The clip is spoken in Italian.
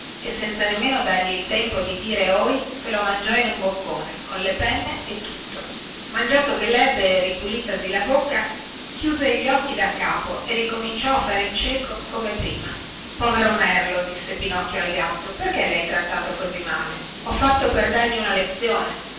e senza dargli nemmeno il tempo di dire ohi se lo mangiò in un boccone con le penne e tutto mangiato che lebbe e ripulitasi la bocca chiuse gli occhi daccapo e ricominciò a fare il cieco come prima povero merlo disse pinocchio al gatto perché lhai trattato così male ho fatto per dargli una lezione